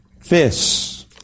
fists